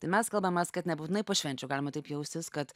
tai mes kalbamės kad nebūtinai po švenčių galima taip jaustis kad